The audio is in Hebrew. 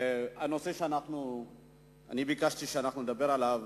הנושא שביקשתי שנדבר עליו,